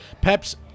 Peps